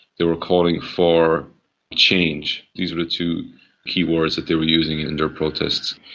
they were calling for change. these were the two key words that they were using in their protests.